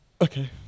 Okay